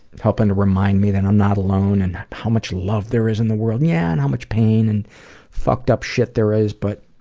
helping to remind me that i'm not alone and how much love there is in the world yeah, and how much pain and fucked-up shit there is, but,